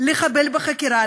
לחבל בחקירה,